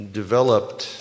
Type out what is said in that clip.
developed